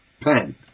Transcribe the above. pen